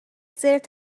زرت